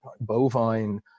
bovine